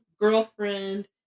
girlfriend